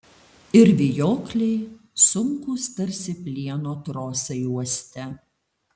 ir vijokliai sunkūs tarsi plieno trosai uoste